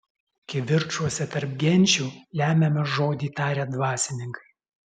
kivirčuose tarp genčių lemiamą žodį taria dvasininkai